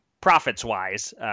Profits-wise